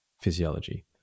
physiology